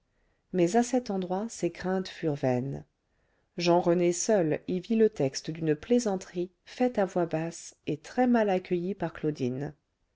mais à cet endroit ses craintes furent vaines jean rené seul y vit le texte d'une plaisanterie faite à voix basse et très-mal accueillie par claudine